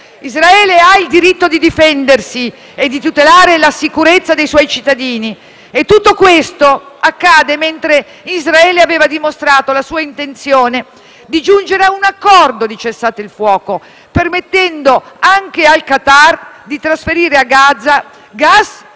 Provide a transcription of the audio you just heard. Israele ha il diritto di difendersi e di tutelare la sicurezza dei suoi cittadini, e tutto questo accade quando Israele aveva dimostrato la sua intenzione di giungere a un accordo di cessate il fuoco, permettendo anche al Qatar di trasferire a Gaza gas,